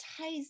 ties